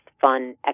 Fun